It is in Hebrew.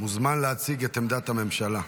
מוזמן להציג את עמדת הממשלה,